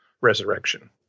resurrection